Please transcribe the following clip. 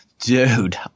Dude